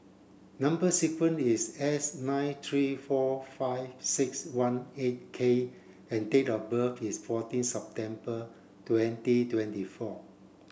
number sequence is S nine three four five six one eight K and date of birth is fourteen September twenty twenty four